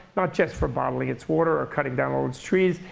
not just for bottling its water or cutting down all its trees,